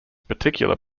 particular